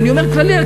אני אומר כללית,